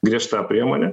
griežta priemonė